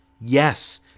Yes